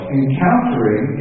encountering